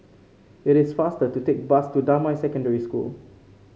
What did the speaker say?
it is faster to take bus to Damai Secondary School